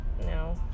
no